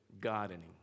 gardening